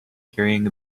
carrying